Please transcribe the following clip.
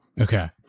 Okay